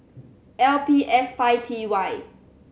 L P S five T Y